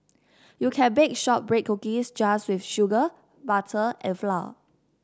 you can bake shortbread cookies just with sugar butter and flour